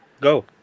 Go